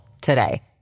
today